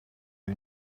you